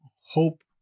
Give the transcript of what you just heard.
hope